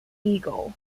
eagle